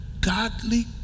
godly